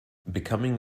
becoming